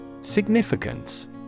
Significance